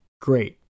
Great